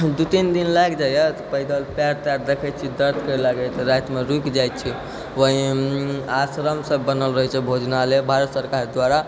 दू तीन दिन लागि जाइए पैदल पयर तयर देखै छी दर्द करै लागैए तऽ रातिमे रूकि जाइ छी वहीँ आश्रम सब बनल रहै छै भोजनालय भारत सरकार द्वारा